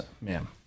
ma'am